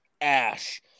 Ash